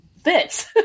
fits